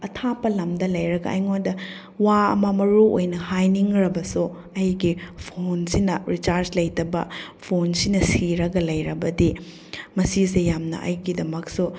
ꯑꯊꯥꯞꯄ ꯂꯝꯗ ꯂꯩꯔꯒ ꯑꯩꯉꯣꯟꯗ ꯋꯥ ꯑꯃ ꯃꯔꯨ ꯑꯣꯏꯅ ꯍꯥꯏꯅꯤꯡꯂꯕꯁꯨ ꯑꯩꯒꯤ ꯐꯣꯟꯁꯤꯅ ꯔꯤꯆꯥꯔꯖ ꯂꯩꯇꯕ ꯐꯣꯟꯁꯤꯅ ꯁꯤꯔꯒ ꯂꯩꯔꯕꯗꯤ ꯃꯁꯤꯁꯦ ꯌꯥꯝꯅ ꯑꯩꯒꯤꯗꯃꯛꯁꯨ